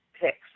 picks